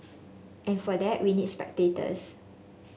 and for that we need spectators